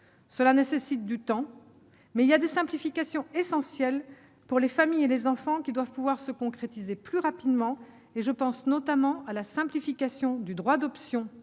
Cela nécessite du temps, mais il y a des simplifications essentielles pour les familles et les enfants qui doivent pouvoir se concrétiser plus rapidement- je pense notamment à la simplification du droit d'option